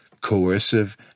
Coercive